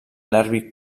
nervi